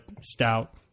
stout